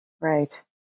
Right